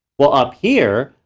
well up here,